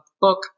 book